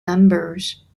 numbers